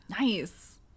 Nice